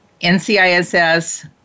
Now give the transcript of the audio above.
NCISS